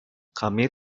kami